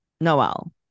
Noel